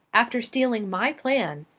after stealing my plan,